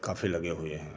काफ़ी लगे हुए हैं